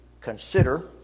consider